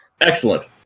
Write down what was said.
Excellent